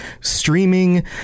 streaming